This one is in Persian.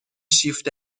شیفت